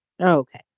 Okay